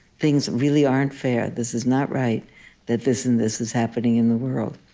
things really aren't fair this is not right that this and this is happening in the world.